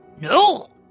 No